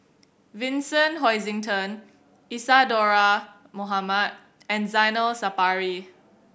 Vincent Hoisington Isadhora Mohamed and Zainal Sapari